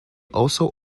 also